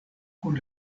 kun